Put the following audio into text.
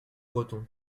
bretons